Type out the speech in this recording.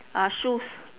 ah shoes